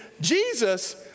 Jesus